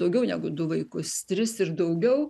daugiau negu du vaikus tris ir daugiau